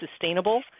sustainable